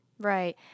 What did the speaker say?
Right